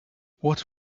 what